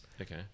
Okay